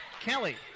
Kelly